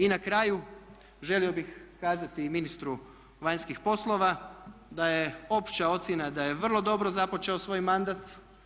I na kraju želio bih kazati i ministru vanjskih poslova da je opća ocjena da je vrlo dobro započeo svoj mandat.